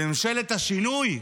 בממשלת השינוי,